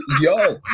Yo